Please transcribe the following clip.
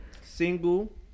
single